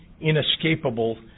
inescapable